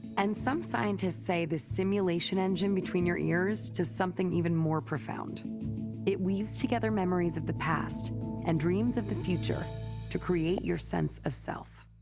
and some scientists say this simulation engine between your ears does something even more profound it weaves together memories of the past and dreams of the future to create your sense of self.